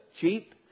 cheap